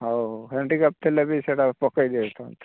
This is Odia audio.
ହେଉ ହେଣ୍ଡିକ୍ଯାପ୍ ଥିଲେ ବି ସେଇଟା ପକାଇ ଦେଇ ଥାଆନ୍ତୁ